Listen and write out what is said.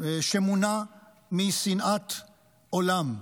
שמונע משנאת עולם.